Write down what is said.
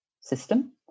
system